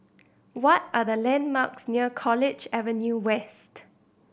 what are the landmarks near College Avenue West